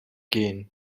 gain